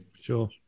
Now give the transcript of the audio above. Sure